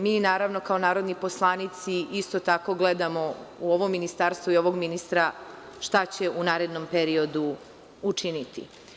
Mi, naravno, kao narodni poslanici, isto tako gledamo u ovo ministarstvo i ovog ministra šta će u narednom periodu učiniti.